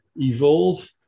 evolve